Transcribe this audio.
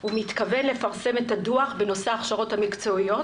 הוא מתכוון לפרסם את הדו"ח בנושא ההכשרות המקצועיות